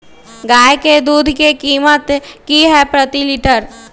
गाय के दूध के कीमत की हई प्रति लिटर?